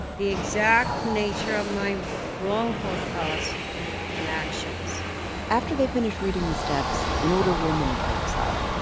the exact nature of my wrongful thoughts and actions after they finish reading the steps, an older woman pipes up.